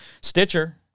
Stitcher